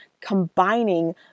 combining